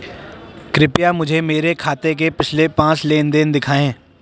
कृपया मुझे मेरे खाते के पिछले पांच लेन देन दिखाएं